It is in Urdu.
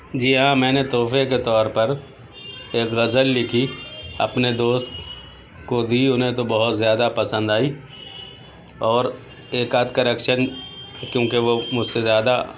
جی ہاں میں نے تحفے کے طور پر ایک غزل لکھی اپنے دوست کو دی انہیں تو بہت زیادہ پسند آئی اور ایک آدھ کریکشن کیوں کہ وہ مجھ سے زیادہ